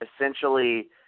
essentially